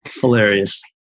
Hilarious